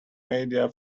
media